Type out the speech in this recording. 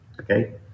okay